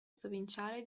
provinciale